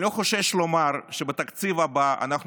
אני לא חושש לומר שבתקציב הבא אנחנו